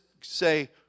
say